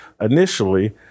initially